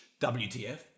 WTF